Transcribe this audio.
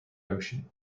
ocean